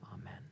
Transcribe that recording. amen